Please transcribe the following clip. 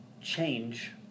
change